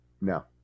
No